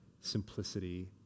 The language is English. simplicity